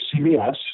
CBS